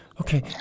Okay